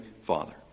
Father